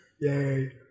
Yay